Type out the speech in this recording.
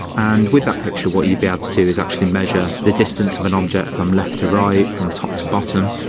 and with that picture what you'd be able to do is actually measure the distance of an object from left to right, from top to bottom.